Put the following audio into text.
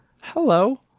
hello